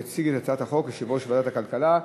יציג את הצעת החוק יושב-ראש ועדת הכלכלה,